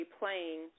playing